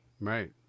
Right